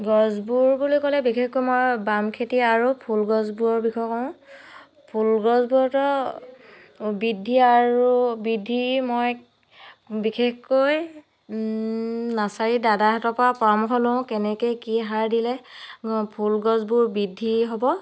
গছবোৰ বুলি ক'লে বিশেষকৈ মই বাম খেতি আৰু ফুল গছবোৰৰ বিষয়ে কওঁ ফুলগছবোৰতো বৃদ্ধি আৰু বৃদ্ধি মই বিশেষকৈ নাৰ্ছাৰীৰ দাদাহঁতৰ পৰা পৰামৰ্শ লওঁ কেনেকৈ কি সাৰ দিলে ফুলগছবোৰ বৃদ্ধি হ'ব